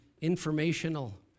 informational